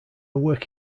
work